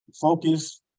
focus